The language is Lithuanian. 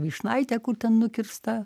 vyšnaitė kur ten nukirsta